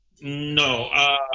no